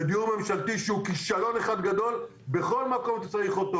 זה דיור ממשלתי שהוא כישלון אחד גדול בכל מקום שביכולתו.